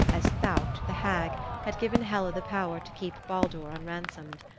as thaukt, the hag, had given hela the power to keep baldur unransomed.